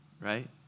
right